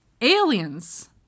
aliens